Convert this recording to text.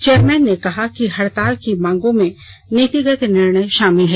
chairman ने कहा कि हड़ताल की मांगों में नीतिगत निर्णय शामिल हैं